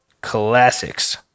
Classics